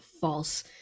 false